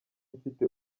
mfite